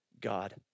God